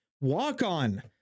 Walk-on